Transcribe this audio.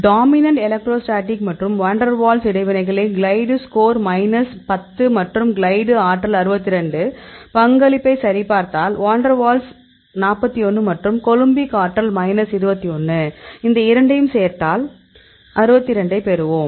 dominant electrostatic மற்றும் van der Waals இடைவினைகள் glide score minus 10 மற்றும் கிளைடு ஆற்றல் 62 பங்களிப்பை சரி பார்த்தால் வான் டெர் வால்ஸ் 41 மற்றும் கொலம்பிக் ஆற்றல் மைனஸ் 21 இந்த இரண்டையும் சேர்த்தால் 62 ஐப் பெறுவோம்